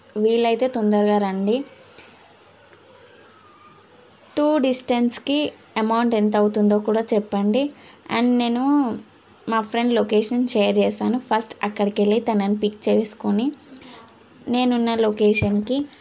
వీలైతే తొందరగా రండి టూ డిస్టెన్స్కి అమౌంట్ ఎంత అవుతుందో కూడా చెప్పండి అండ్ నేను మా ఫ్రెండ్ లొకేషన్ షేర్ చేసాను ఫస్ట్ అక్కడికి వెళ్ళి తనని పిక్ చేసుకొని నేను ఉన్న లొకేషన్కి